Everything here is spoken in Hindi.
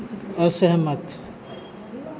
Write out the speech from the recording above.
असहमत